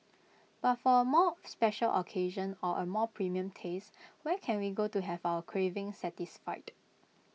but for A more special occasion or A more premium taste where can we go to have our craving satisfied